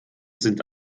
sind